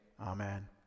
Amen